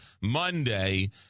Monday